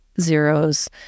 Zero's